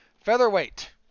Featherweight